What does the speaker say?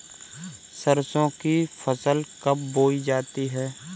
सरसों की फसल कब बोई जाती है?